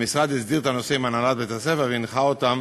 המשרד הסדיר את הנושא עם הנהלת בית-הספר והנחה אותם